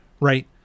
right